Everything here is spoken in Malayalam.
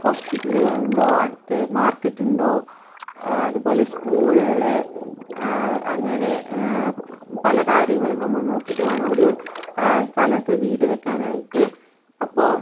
ഹോസ്പിറ്റലുകൾ ഉണ്ടോ അടുത്ത് മാർക്കറ്റുണ്ടോ അതുപോലെ സ്കൂളുകള് അങ്ങനെ പല കാര്യങ്ങളും നമ്മള് നോക്കിയിട്ട് വേണം ഒരു സ്ഥലത്ത് വീട് വയ്ക്കാൻ ആയിട്ട് അപ്പോൾ